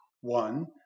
One